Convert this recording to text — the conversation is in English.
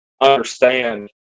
understand